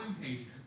impatient